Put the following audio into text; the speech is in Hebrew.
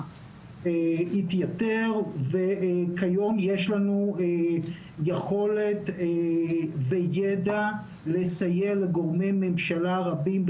התייתר וכיום יש לנו יכולת וידע לסייע לגורמי ממשלה רבים,